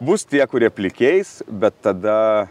bus tie kurie pliki eis bet tada